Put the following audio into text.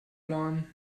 plan